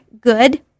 good